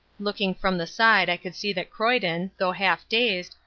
looking from the side i could see that croyden, though half dazed,